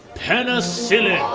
penicillin